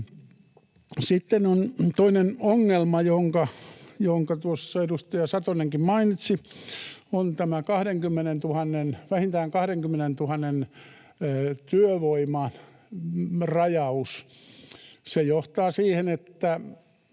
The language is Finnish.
Sitten toinen ongelma, jonka tuossa edustaja Satonenkin mainitsi, on tämä vähintään 20 000 työvoiman rajaus. Se johtaa siihen,